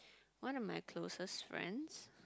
one of my closest friends